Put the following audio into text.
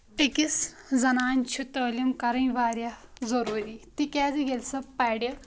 أکِس زَنانہِ چھِ تعلیٖم کَرٕنۍ واریاہ ضروٗری تِکیازِ ییٚلہِ سۄ پَرِ